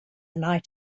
night